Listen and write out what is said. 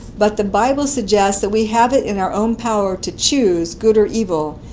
but the bible suggests that we have it in our own power to choose good or evil,